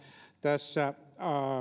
tässä